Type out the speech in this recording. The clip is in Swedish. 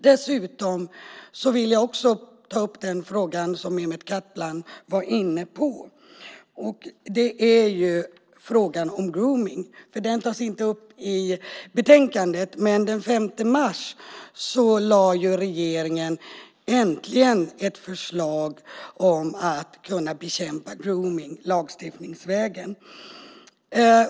Dessutom vill jag ta upp frågan om gromning som Mehmet Kaplan var inne på. Det tas inte upp i betänkandet, men den 5 mars lade regeringen äntligen fram ett förslag om att lagstiftningsvägen kunna bekämpa gromning.